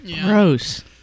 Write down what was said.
Gross